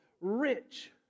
rich